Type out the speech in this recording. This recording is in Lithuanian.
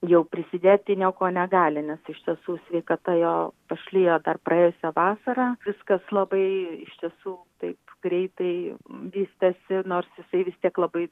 jau prisidėti niekuo negali nes iš tiesų sveikata jo pašlijo dar praėjusią vasarą viskas labai iš tiesų taip greitai vystėsi nors jisai vis tiek labai